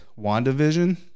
WandaVision